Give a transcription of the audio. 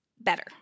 better